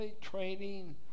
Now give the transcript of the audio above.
training